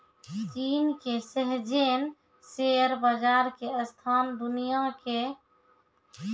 चीन के Shenzhen share बाजार के स्थान दुनिया मे आठ नम्बरो पर छै